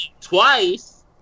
twice